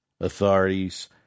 authorities